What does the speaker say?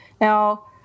Now